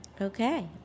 Okay